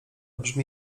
brzmi